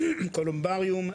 קולומבריום,